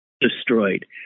Destroyed